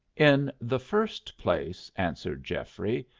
in the first place, answered geoffrey,